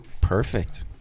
perfect